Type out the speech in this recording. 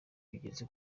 bigeze